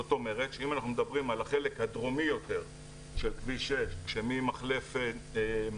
זאת אומרת שאם אנחנו מדברים על החלק הדרומי יותר שממחלף דניאל